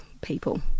people